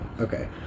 Okay